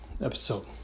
episode